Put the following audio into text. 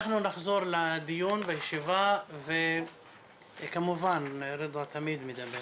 אנחנו נחזור לדיון בישיבה, כמובן רידא תמיד מדבר.